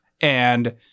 And-